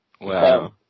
Wow